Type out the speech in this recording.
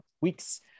week's